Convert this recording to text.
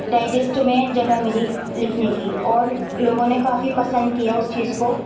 digest میں جگہ ملی لکھنے کی اور لوگوں نے کافی پسند کیا اس چیز کو